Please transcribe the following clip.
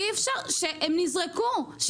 שהם נזרקו.